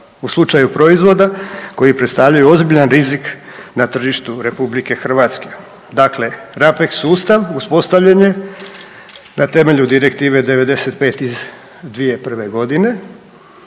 U slučaju proizvoda koji predstavljaju ozbiljan rizik na tržištu RH. Dakle, RAPEX sustav uspostavljen je na temelju direktive 95. iz 2001. godine